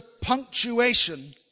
punctuation